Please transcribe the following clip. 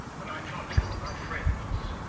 and i thought you were my friends.